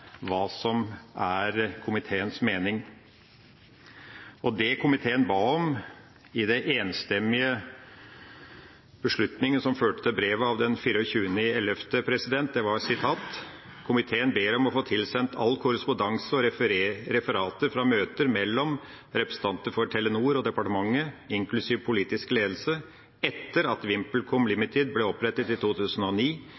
hva som er komiteens mening. Det komiteen ba om i den enstemmige beslutningen som førte til brevet av den 24. november, var: «Komiteen ber om å få tilsendt all korrespondanse og referater fra møter mellom Telenor og departementet, inkl. politisk ledelse, etter at VimpelCom Ltd. ble opprettet i 2009.